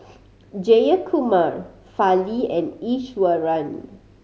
Jayakumar Fali and Iswaran